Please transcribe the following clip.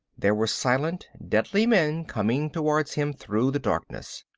there were silent, deadly men coming towards him through the darkness.